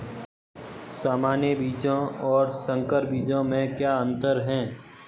सामान्य बीजों और संकर बीजों में क्या अंतर है?